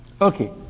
okay